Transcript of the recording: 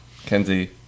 Kenzie